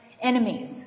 enemies